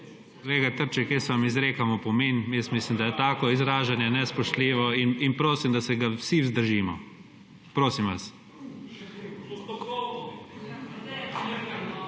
Kolega Trček, izrekam vam opomin. Mislim, da je tako izražanje nespoštljivo, in prosim, da se ga vsi vzdržimo. Prosim vas.